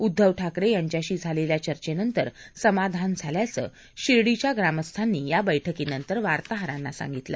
उद्घव ठाकरे यांच्याशी झालेल्या चर्चेनतर समाधान झाल्याच शिर्डीच्या ग्रामस्थांनी या बहिकीनंतर वार्ताहरांना सांगितलं